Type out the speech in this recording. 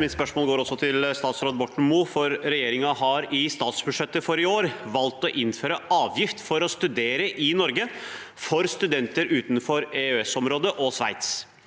Mitt spørsmål går også til statsråd Borten Moe. Regjeringen har i statsbudsjettet for i år valgt å innføre avgift for å studere i Norge for studenter utenfor EØS-området og Sveits.